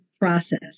process